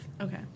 Okay